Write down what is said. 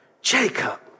jacob